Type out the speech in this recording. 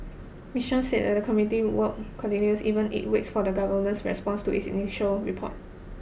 Miss Chan said the committee's work continues even as it waits for the Government's response to its initial report